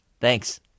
Thanks